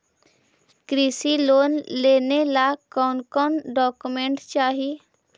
कृषि लोन लेने ला कोन कोन डोकोमेंट चाही?